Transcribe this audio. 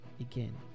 again